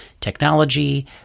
technology